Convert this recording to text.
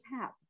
tap